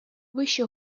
вище